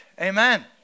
amen